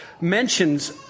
mentions